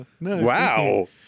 Wow